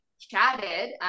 chatted